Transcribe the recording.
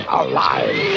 alive